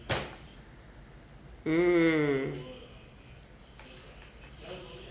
mm